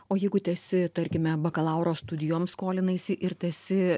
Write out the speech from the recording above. o jeigu tęsi tarkime bakalauro studijoms skolinaisi ir tesi